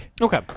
Okay